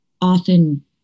often